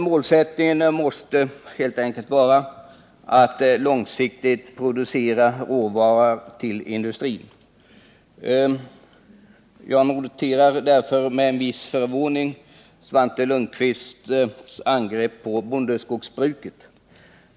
Målet måste helt enkelt långsiktigt vara att producera råvara till industrin. Därför noterar jag med en viss förvåning Svante Lundkvists angrepp på bondeskogsbruket.